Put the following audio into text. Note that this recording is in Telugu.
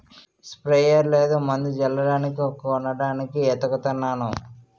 స్పెయర్ లేదు మందు జల్లడానికి కొనడానికి ఏతకతన్నాను